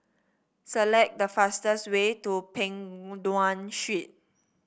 select the fastest way to Peng Nguan Street